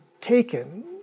taken